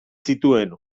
zituen